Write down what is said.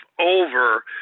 over